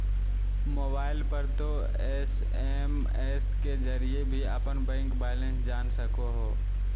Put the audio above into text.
mobile पर तों SMS के जरिए भी अपन बैंक बैलेंस जान सको हो